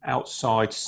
Outside